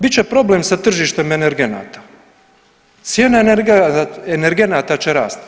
Bit će problem sa tržištem energenata cijena energenata će rasti.